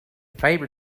favor